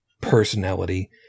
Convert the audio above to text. personality